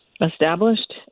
established